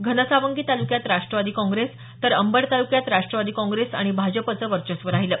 घनसावंगी ताल्क्यात राष्ट्रवादी काँग्रेस तर अंबड तालुक्यात राष्ट्रवादी काँग्रेस आणि भाजपाचं वर्चस्व राहिलं